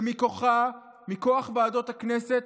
שמכוחה, מכוח ועדות הכנסת